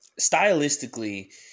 stylistically